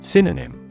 Synonym